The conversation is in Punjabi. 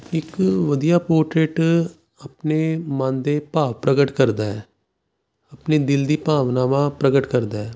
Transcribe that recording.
ਇੱਕ ਵਧੀਆ ਪੋਰਟਰੇਟ ਆਪਣੇ ਮਨ ਦੇ ਭਾਵ ਪ੍ਰਗਟ ਕਰਦਾ ਹੈ ਆਪਣੇ ਦਿਲ ਦੀਆਂ ਭਾਵਨਾਵਾਂ ਪ੍ਰਗਟ ਕਰਦਾ